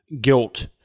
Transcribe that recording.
guilt